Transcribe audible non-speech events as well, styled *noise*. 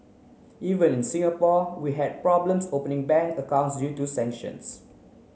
even in Singapore we had problems opening bank accounts *unintelligible* to sanctions